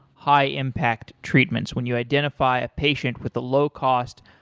high impact treatments. when you identify a patient with a low cost,